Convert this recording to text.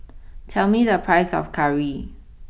tell me the price of Curry